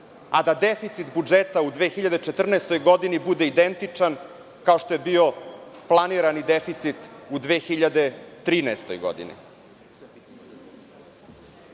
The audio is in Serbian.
a da deficit budžeta u 2014. godini bude identičan kao što je bio planirani deficit u 2013. godini? Kako